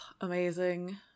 amazing